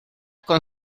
con